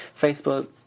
Facebook